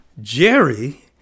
Jerry